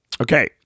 Okay